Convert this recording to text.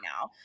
now